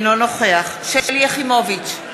אינו נוכח שלי יחימוביץ,